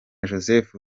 joseph